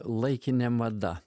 laikinė mada